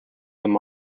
them